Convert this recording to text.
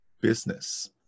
business